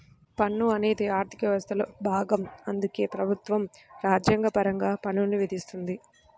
పన్ను అనేది ఆర్థిక వ్యవస్థలో భాగం అందుకే ప్రభుత్వం రాజ్యాంగపరంగా పన్నుల్ని విధిస్తుంది